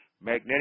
Magnetic